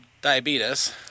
diabetes